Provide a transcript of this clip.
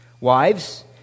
Wives